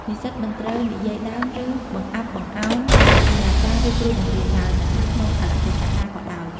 និស្សិតមិនត្រូវ និយាយដើម ឬបង្អាប់បង្អោន សាស្រ្តាចារ្យ ឬគ្រូបង្រៀនឡើយ មិនថាក្នុងកាលៈទេសៈណាក៏ដោយ។